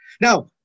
Now